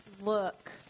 look